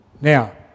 Now